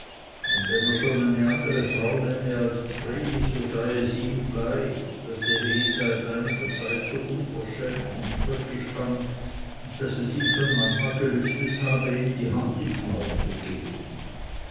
und wenn er schon eine andere frau nähme als ds vreni so sei es ihm gleich das sehe ihn seit einiger zeit so unverschämt und spöttisch an daß es ihn schon manchmal gelüstet habe ihm die hand ins maul zu geben